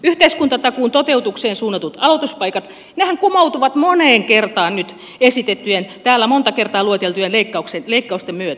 yhteiskuntatakuun toteutukseen suunnatut aloituspaikathan kumoutuvat moneen kertaan nyt esitettyjen täällä monta kertaa lueteltujen leikkausten myötä